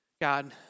God